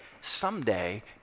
Someday